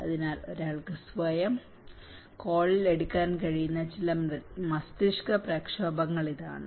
അതിനാൽ ഒരാൾക്ക് സ്വന്തം കോളിൽ എടുക്കാൻ കഴിയുന്ന ചില മസ്തിഷ്കപ്രക്ഷോഭങ്ങൾ ഇതാണ്